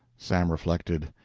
sam reflected.